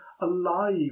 alive